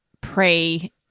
pre